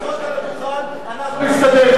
תשאיר את המפתחות על הדוכן, אנחנו נסתדר אתם.